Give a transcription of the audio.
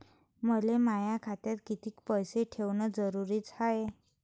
मले माया खात्यात कितीक पैसे ठेवण जरुरीच हाय?